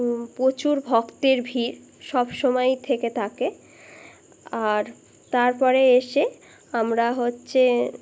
প্রচুর ভক্তের ভিড় সব সময়ই থেকে থাকে আর তারপরে এসে আমরা হচ্ছে